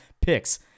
picks